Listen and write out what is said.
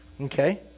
Okay